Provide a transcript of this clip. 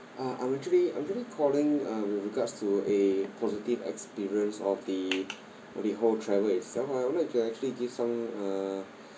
uh I'm actually I'm actually calling um with regards to a positive experience of the of the whole travel itself I would like to actually give some uh